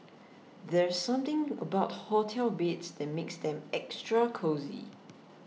there's something about hotel beds that makes them extra cosy